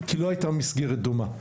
כי לא הייתה מסגרת דומה.